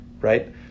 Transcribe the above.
right